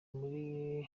muri